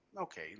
okay